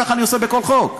ככה אני עושה בכל חוק.